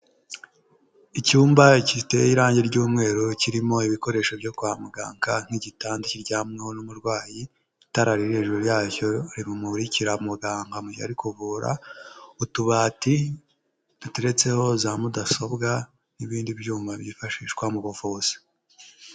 Icyumba giteye irangi ry'umweru kirimo ibikoresho byo kwa muganga nk'igitanda kiryamwaho n'umurwayi, itara hejuru yayo rumurikira muganga kuvura, utubati duteretseho za mudasobwa n'ibindi byuma byifashishwa mu buvuzi.